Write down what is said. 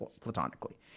platonically